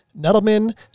Nettleman